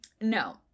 no